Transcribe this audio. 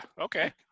okay